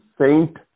Saint